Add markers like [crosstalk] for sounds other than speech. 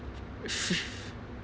[laughs]